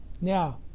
Now